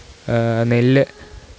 നെല്ല്